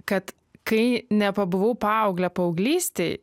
kad kai nepabuvau paaugle paauglystėj